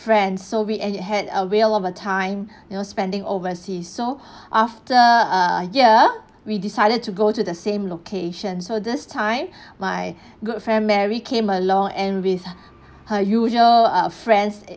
friends so we and had a whale of a time you know spending overseas so after a year we decided to go to the same location so this time my good friend mary came along and with her usual err friends